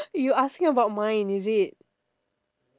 you asking about mine is it